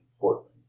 Portland